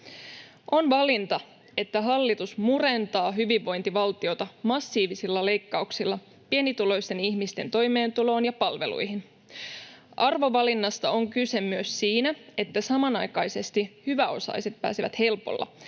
On valinta, että hallitus murentaa hyvinvointivaltiota massiivisilla leikkauksilla pienituloisten ihmisten toimeentuloon ja palveluihin. Arvovalinnasta on kyse myös siinä, että samanaikaisesti hyväosaiset pääsevät helpolla